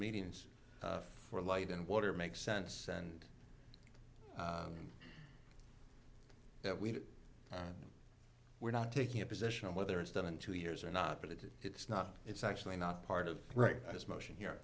meetings for light and water makes sense and that we were not taking a position on whether it's done in two years or not but it is it's not it's actually not part of right as motion here